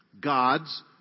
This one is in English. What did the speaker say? God's